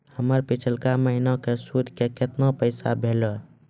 हमर पिछला महीने के सुध के केतना पैसा भेलौ?